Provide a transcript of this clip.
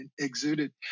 exuded